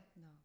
No